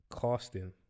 casting